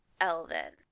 elven